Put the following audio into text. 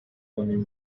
کنیم